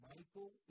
Michael